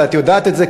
ואת יודעת את זה,